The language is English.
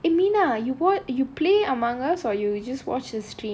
eh meena you wa~ you play among us or you just watch the stream